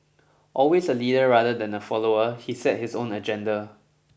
always a leader rather than a follower he set his own agenda